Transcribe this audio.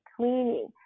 cleaning